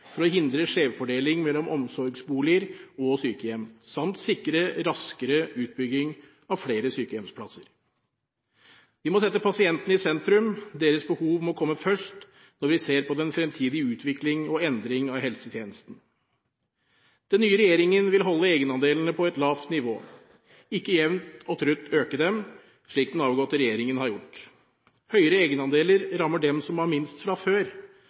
for å hindre skjevfordeling mellom omsorgsboliger og sykehjem samt sikre raskere utbygging av flere sykehjemsplasser. Vi må sette pasienten i sentrum, deres behov må komme først når vi ser på den fremtidige utvikling og endring av helsetjenestene. Den nye regjeringen vil holde egenandelene på et lavt nivå, ikke jevnt og trutt øke dem, slik den avgåtte regjeringen har gjort. Høyere egenandeler rammer dem som har minst fra før,